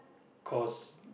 cause